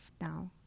now